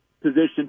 position